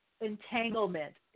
entanglement